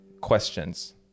questions